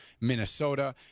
Minnesota